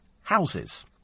houses